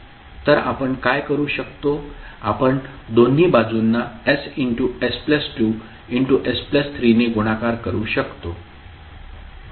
तर आपण काय करू शकतो आपण दोन्ही बाजूंना s s2s3 ने गुणाकार करू शकतो